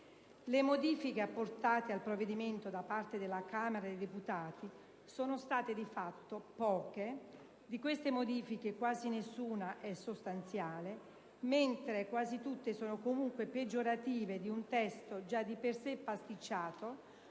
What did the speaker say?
Le modifiche apportate al provvedimento da parte della Camera dei deputati sono state, di fatto, poche. Di esse quasi nessuna è sostanziale, mentre quasi tutte sono peggiorative di un testo già di per sé pasticciato,